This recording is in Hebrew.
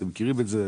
אתם מכירים את זה.